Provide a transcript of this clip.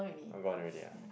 all gone already ah